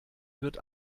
wird